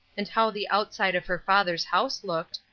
and how the outside of her father's house looked,